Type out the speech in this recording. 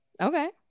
Okay